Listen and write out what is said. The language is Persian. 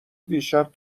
دیشب